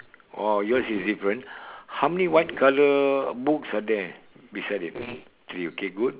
oh yours is different how many white colour books are there beside it three okay good